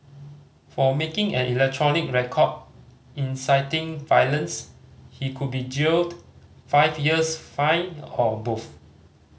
for making an electronic record inciting violence he could be jailed five years fined or both